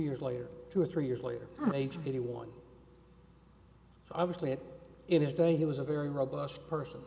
years later two or three years later aged eighty one obviously in his day he was a very robust person